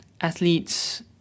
athletes